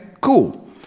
cool